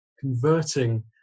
converting